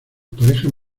parejas